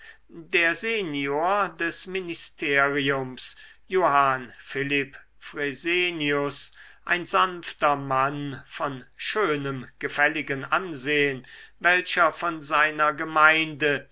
der senior des ministeriums johann philipp fresenius ein sanfter mann von schönem gefälligen ansehen welcher von seiner gemeinde